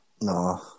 No